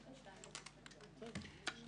כן, זה אותו מנגנון של 2. תעשו הפנייה.